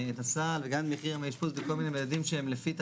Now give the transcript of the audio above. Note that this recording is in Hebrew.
גדול ולקופות הקטנות יהיה איזשהו שיעור שהוא קצת יותר